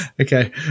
Okay